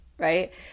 Right